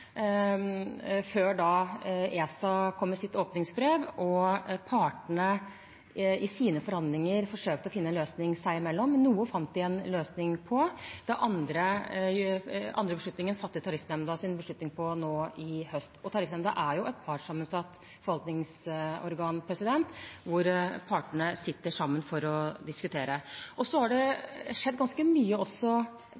ESA kom med sitt åpningsbrev og partene i sine forhandlinger forsøkte å finne en løsning seg imellom. Noe fant de en løsning på, andre spørsmål fattet Tariffnemnda sin beslutning på nå i høst. Tariffnemnda er et partssammensatt forvaltningsorgan hvor partene sitter sammen for å diskutere. Det har også skjedd ganske mye på rettssiden etter at høyesterettsdommen ble fattet. Det